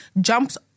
jumps